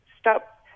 stop